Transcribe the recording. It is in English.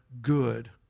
good